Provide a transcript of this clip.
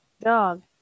dog